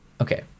okay